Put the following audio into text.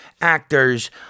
actors